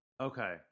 Okay